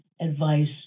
advice